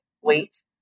wait